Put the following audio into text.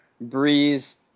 Breeze